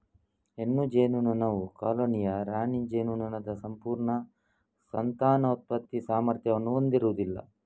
ಹೆಣ್ಣು ಜೇನುನೊಣವು ಕಾಲೋನಿಯ ರಾಣಿ ಜೇನುನೊಣದ ಸಂಪೂರ್ಣ ಸಂತಾನೋತ್ಪತ್ತಿ ಸಾಮರ್ಥ್ಯವನ್ನು ಹೊಂದಿರುವುದಿಲ್ಲ